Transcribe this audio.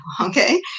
okay